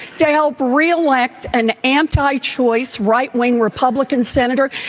dale reelect, an anti-choice right wing republican senator.